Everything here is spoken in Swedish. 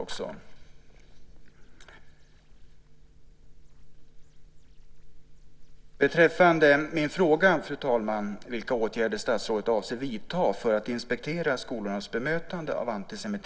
Jag frågade, fru talman, vilka åtgärder statsrådet avser att vidta för att inspektera skolornas bemötande av antisemitism.